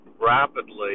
rapidly